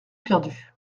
perdu